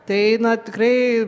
tai na tikrai